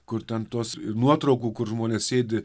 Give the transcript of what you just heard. kur ten tuos ir nuotraukų kur žmonės sėdi